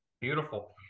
Beautiful